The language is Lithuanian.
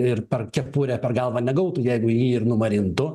ir per kepurę per galvą negautų jeigu jį ir numarintų